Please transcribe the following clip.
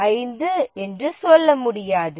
5 என்று சொல்ல முடியாது